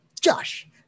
josh